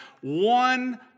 one